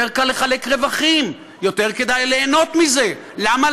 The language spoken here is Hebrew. יותר קל לחלק רווחים, יותר כדאי ליהנות מזה.